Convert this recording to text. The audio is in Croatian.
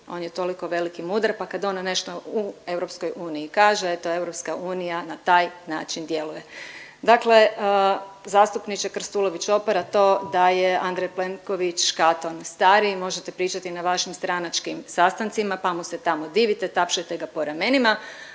on je toliko velik i mudar pa kad on nešto u EU kaže to EU na taj način djeluje. Dakle zastupniče Krstulović Opara to daje Andrej Plenković Katun stariji, možete pričati na vašim stranačkim sastancima pa mu se tamo divite, tapšajte ga po ramenima